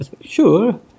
Sure